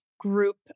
group